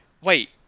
wait